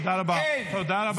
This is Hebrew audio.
תודה רבה.